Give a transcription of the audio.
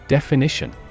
Definition